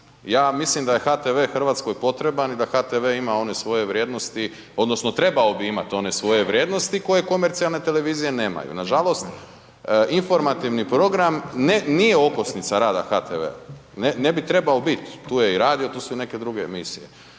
ja mislim da je HTV hrvatskoj potreban i da HTV ima one svoje vrijednosti odnosno trebao bi imat one svoje vrijednosti koje komercionalne televizije nemaju. Nažalost, informativni program ne, nije okosnica rada HTV-a, ne bi trebao bit, tu je i radio, tu su i neke druge emisije.